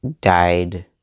died